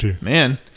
man